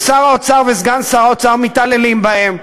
ושר האוצר וסגן שר האוצר מתעללים בהם.